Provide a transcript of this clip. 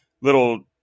little